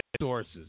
sources